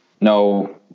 No